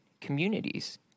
communities